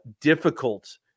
difficult